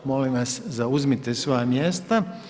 Molim vas zauzmite svoja mjesta.